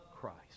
Christ